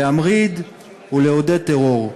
להמריד ולעודד טרור.